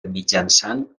mitjançant